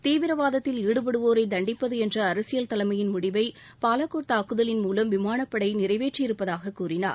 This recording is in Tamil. தீவிரவாதத்தில் ஈடுபடுவோரை தண்டிப்பது என்ற அரசியல் தலைமையின் முடிவை பாலகோட் தாக்குதலின் மூலம் விமானப்படை நிறைவேற்றியிருப்பதாக கூறினார்